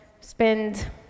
spend